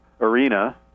arena